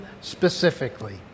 specifically